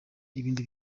ibindi